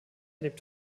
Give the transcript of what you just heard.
lebt